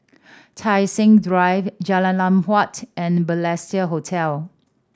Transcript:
Tai Seng Drive Jalan Lam Huat and Balestier Hotel